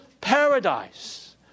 paradise